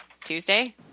Tuesday